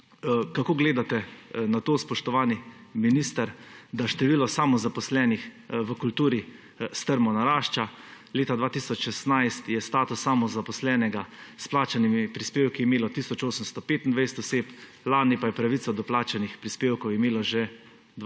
kako gledate na to, spoštovani minister, da število samozaposlenih v kulturi strmo narašča. Leta 2016 je status samozaposlenega s plačanimi prispevki imelo tisoč 825 oseb, lani pa je pravico do plačanih prispevkov imelo že 2